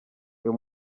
uyu